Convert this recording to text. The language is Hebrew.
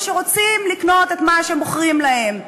או שרוצים לקנות את מה שמוכרים להם,